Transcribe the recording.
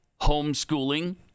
homeschooling